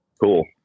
Cool